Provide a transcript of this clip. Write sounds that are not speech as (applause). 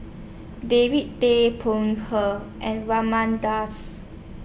David Tay Poey Cher and Raman Daud (unintelligible)